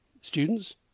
students